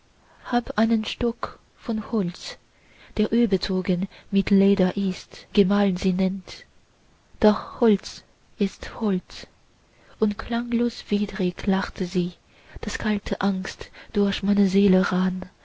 hab einen stock von holz der überzogen mit leder ist gemahl sich nennt doch holz ist holz und klanglos widrig lachte sie daß kalte angst durch meine seele rann